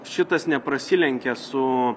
šitas neprasilenkia su